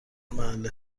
محل